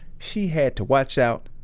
she had to watch out,